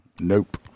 Nope